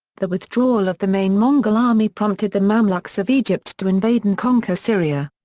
the withdrawal of the main mongol army prompted the mamluks of egypt to invade and conquer syria.